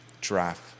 Draft